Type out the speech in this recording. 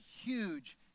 huge